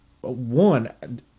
One